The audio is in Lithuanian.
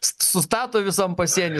sustato visam pasienį